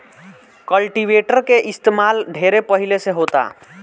cultivator के इस्तमाल ढेरे पहिले से होता